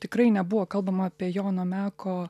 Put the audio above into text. tikrai nebuvo kalbama apie jono meko